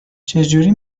چجوری